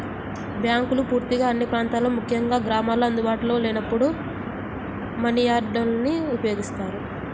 బ్యాంకులు పూర్తిగా అన్ని ప్రాంతాల్లో ముఖ్యంగా గ్రామాల్లో అందుబాటులో లేనప్పుడు మనియార్డర్ని ఉపయోగించారు